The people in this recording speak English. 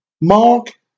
Mark